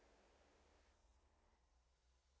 mm